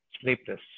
sleepless